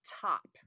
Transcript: top